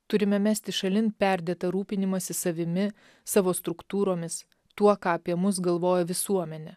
turime mesti šalin perdėtą rūpinimąsi savimi savo struktūromis tuo ką apie mus galvoja visuomenė